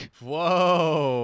Whoa